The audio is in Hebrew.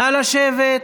נא לשבת.